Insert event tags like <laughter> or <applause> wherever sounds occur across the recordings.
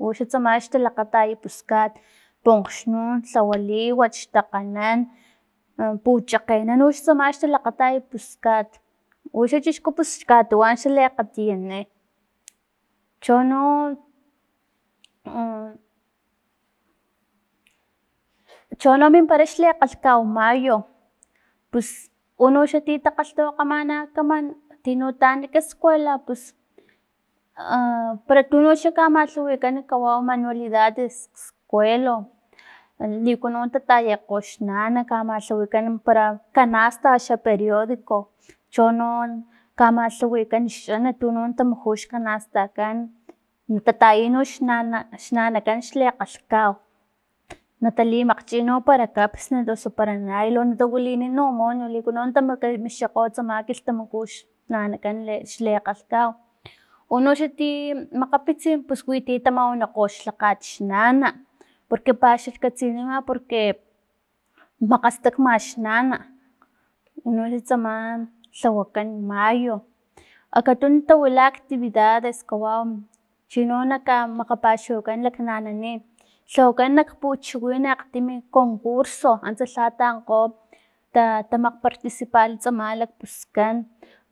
Uxan tsama xtalakgatayat puskat ponkgxnun lgawa liwat, xtakganan, puchakgenan uxla tsama xtalakgatay puskat uxa chixku katuwan xa leakgatiyuni chono <hesitation> chono minpara xle kgalhkawa mayo, pus unoxa tino takgalhtawakgaman kaman tino taan nak escuela pus <hesitation> para tunoxla kamalhawanikan kawau manualidades skuelo, liku no tatayikgo nox nana kamalhawikan para canasta xa periodico, chono kamalhawikan xanat tuno muju xkanastakan ta- tataya nox nana- nanakan xle kgalhkau na talimakgchi para kapsnat osu para nailo na wilini no nailo likuno nata mixkikgo no tsama kilhtamaku no xnanakan axni xlekgalhkau, unoxanti makgapitsin pus winti tamawanikgo xlhakgatkan xnana porque paxkatkatsinima porque makgastakma xnana unoxa tsama lhawakan mayo, akatunu tawila aktividades kawau chino kamakgapaxawakan laknananin lhawakan nak puchiwin akgtimi concurso antsa lha tankgo ta- tamakgparticiparla tsama lakpuskan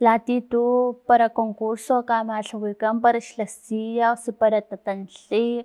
latia tu para concurso kamalhawikan para xla silla osu par- papa tatantli